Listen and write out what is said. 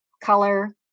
color